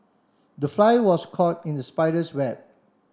the fly was caught in the spider's web